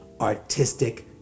artistic